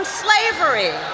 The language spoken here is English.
slavery